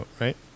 right